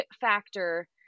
factor